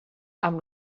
amb